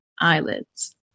eyelids